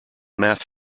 math